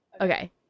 Okay